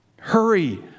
Hurry